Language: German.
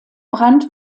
brand